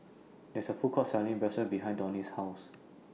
There IS A Food Court Selling Bratwurst behind Donnie's House